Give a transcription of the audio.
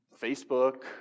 Facebook